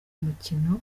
mukino